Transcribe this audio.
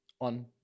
on